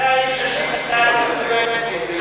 זה האיש ששינה את הסטודנטים.